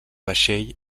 vaixell